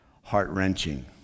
heart-wrenching